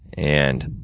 and,